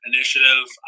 Initiative